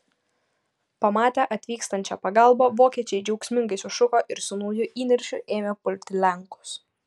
pamatę atvykstančią pagalbą vokiečiai džiaugsmingai sušuko ir su nauju įniršiu ėmė pulti lenkus